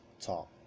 talk